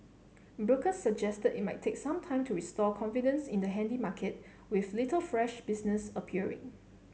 brokers suggested it might take some time to restore confidence in the handy market with little fresh business appearing